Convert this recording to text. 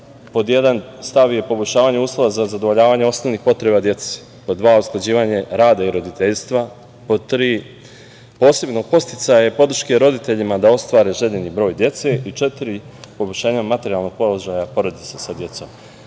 pod jedan - poboljšavanje uslova za zadovoljavanje osnovnih potreba dece; pod dva - usklađivanje rada i roditeljstva; pod tri - posebno podsticaje podrške roditeljima da ostvare željeni broj dece i četiri - poboljšanje materijalnog položaja porodica sa decom. Kada